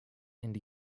and